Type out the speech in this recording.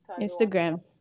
Instagram